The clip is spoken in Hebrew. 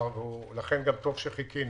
לכן גם טוב שחיכינו.